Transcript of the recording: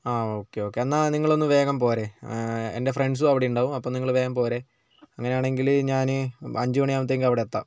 ആഹ് okay okay എന്നാൽ നിങ്ങളൊന്ന് വേഗം പോര് എൻ്റെ ഫ്രണ്ട്സും അവിടെയുണ്ടാകും അപ്പോൾ നിങ്ങൾ വേഗം പോര് അങ്ങനെയാണെങ്കിൽ ഞാൻ അഞ്ചുമണിയാകുമ്പോഴത്തേക്കും അവിടെയെത്താം